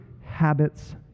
habits